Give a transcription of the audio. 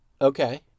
Okay